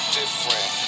different